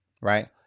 Right